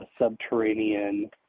subterranean